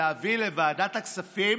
להביא לוועדת הכספים